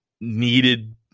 needed